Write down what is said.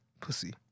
Pussy